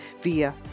via